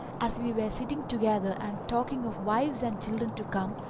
as we were sitting together and talking of wives and children to come,